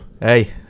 hey